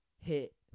Hit